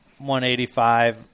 185